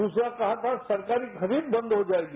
दूसरा कहा था कि सरकारी खरीद बंद हो जाएगी